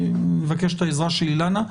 תבקש את העזרה של אילנה.